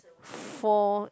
four